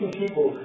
people